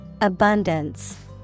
Abundance